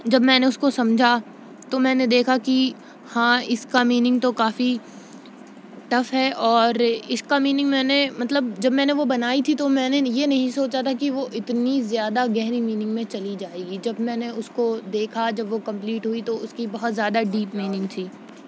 جب میں نے اس کو سمجھا تو میں نے دیکھا کہ ہاں اس کا میننگ تو کافی ٹف ہے اور اس کا میننگ میں نے مطلب جب میں نے وہ بنائی تھی تو میں نے یہ نہیں سوچا تھا کہ وہ اتنی زیادہ گہری میننگ میں چلی جائے گی جب میں نے اس کو دیکھا جب وہ ک مپلیٹ ہوئی تو اس کی بہت زیادہ ڈیپ میننگ